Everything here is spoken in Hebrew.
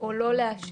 או לא לאשר